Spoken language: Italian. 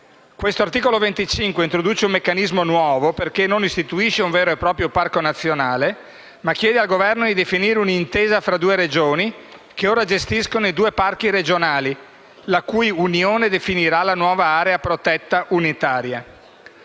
provvedimento introduce una meccanismo nuovo, perché non istituisce un vero e proprio parco nazionale, ma chiede al Governo di definire un'intesa fra due Regioni che ora gestiscono i due parchi regionali, la cui unione definirà la nuova area protetta unitaria.